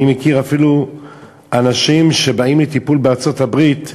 אני מכיר אפילו אנשים שבאים לטיפול בארצות-הברית,